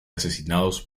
asesinados